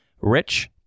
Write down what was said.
rich